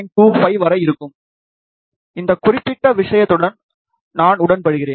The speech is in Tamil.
25 வரை இருக்கும் இந்த குறிப்பிட்ட விஷயத்துடன் நான் உடன்படுகிறேன்